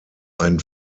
ein